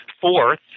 Fourth